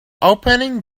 opening